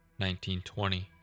1920